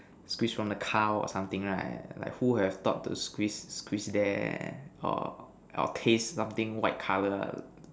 squeeze from the cow or something right err like who would have thought to squeeze squeeze there or squeeze something white color